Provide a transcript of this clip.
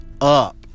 up